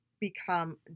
become